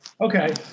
okay